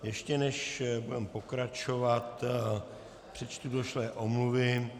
Ještě než budeme pokračovat, přečtu došlé omluvy.